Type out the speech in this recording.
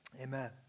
amen